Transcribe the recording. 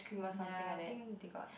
ya I think they got